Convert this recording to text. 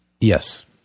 Yes